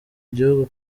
gihugu